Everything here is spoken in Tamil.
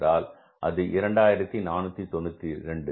என்றால் அது 2492